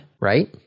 Right